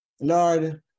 Lord